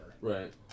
Right